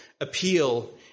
appeal